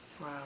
Wow